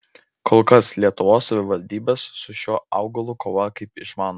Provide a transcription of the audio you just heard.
kol kas lietuvos savivaldybės su šiuo augalu kovoja kaip išmano